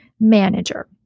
manager